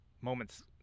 moments